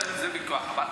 זה לא ויכוח.